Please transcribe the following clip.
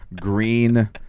green